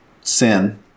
sin